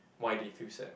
why they feel sad